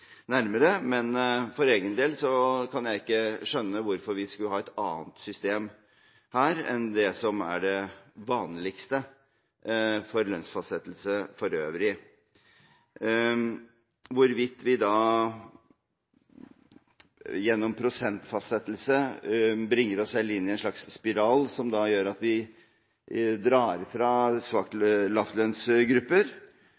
nærmere, men for egen del kan jeg ikke skjønne hvorfor vi skulle ha et annet system her enn det som er det vanligste for lønnsfastsettelse for øvrig. Hvorvidt vi gjennom prosentfastsettelse bringer oss selv inn i en slags spiral som gjør at vi drar fra